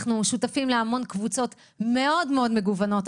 אנחנו שותפים להרבה קבוצות מאוד מגוונות.